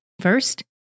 First